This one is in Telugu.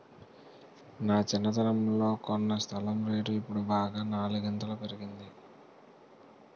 నా చిన్నతనంలో కొన్న స్థలం రేటు ఇప్పుడు బాగా నాలుగింతలు పెరిగింది